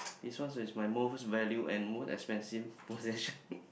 this one is my most value and most expensive procession